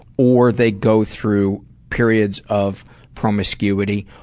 or they go through periods of promiscuity,